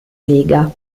lega